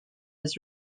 his